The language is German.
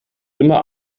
immer